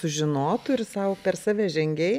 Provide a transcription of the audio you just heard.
sužinotų ir sau per save žengei